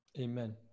Amen